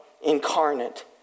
incarnate